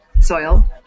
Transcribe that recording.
Soil